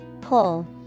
Pull